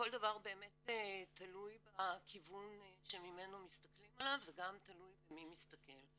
כל דבר באמת תלוי בכיוון שממנו מסתכלים עליו וגם תלוי במי מסתכל.